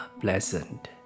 pleasant